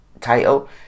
title